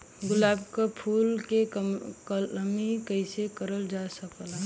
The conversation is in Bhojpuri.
गुलाब क फूल के कलमी कैसे करल जा सकेला?